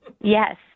Yes